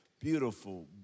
beautiful